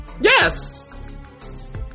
Yes